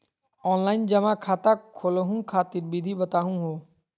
Online जमा खाता खोलहु खातिर विधि बताहु हो?